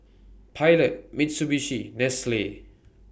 Pilot Mitsubishi Nestle